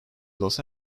los